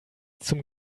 zum